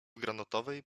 granatowej